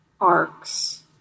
arcs